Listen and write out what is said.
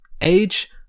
Age